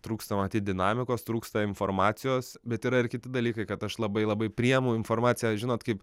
trūksta matyt dinamikos trūksta informacijos bet yra ir kiti dalykai kad aš labai labai priimu informaciją žinot kaip